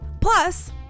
plus